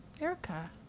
Erica